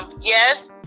yes